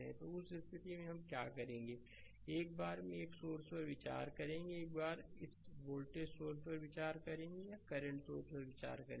तो उस स्थिति में हम क्या करेंगे एक बार में एक सोर्स पर विचार करेंगे एक बार इस वोल्टेज सोर्स पर विचार करेंगे या करंट सोर्स पर विचार करेंगे